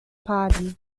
party